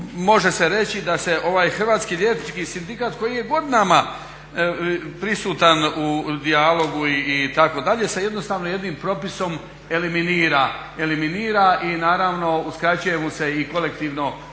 može se reći da se Hrvatski liječnički sindikat koji je godinama prisutan u dijalogu itd. sa jednostavno jednim propisom eliminira i naravno uskraćuje mu se i kolektivno